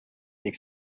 ning